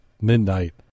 midnight